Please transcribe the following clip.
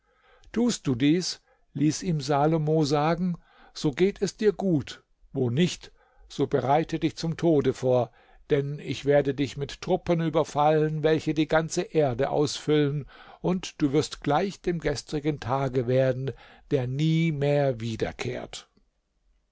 tust du dies ließ ihm salomo sagen so geht es dir gut wo nicht so bereite dich zum tode vor denn ich werde dich mit truppen überfallen welche die ganze erde ausfüllen und du wirst gleich dem gestrigen tage werden der nie mehr wiederkehrt